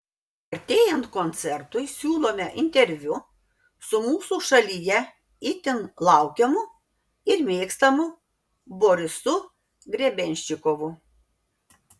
artėjant koncertui siūlome interviu su mūsų šalyje itin laukiamu ir mėgstamu borisu grebenščikovu